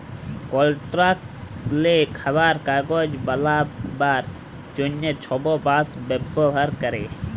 কলস্ট্রাকশলে, খাবারে, কাগজ বালাবার জ্যনহে ছব বাঁশ ব্যাভার ক্যরে